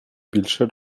більше